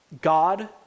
God